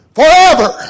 forever